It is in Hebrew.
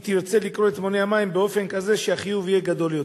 היא תרצה לקרוא את מונה המים באופן כזה שהחיוב יהיה גדול יותר.